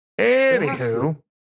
Anywho